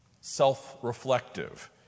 self-reflective